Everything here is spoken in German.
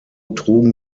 trugen